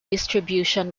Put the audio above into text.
distribution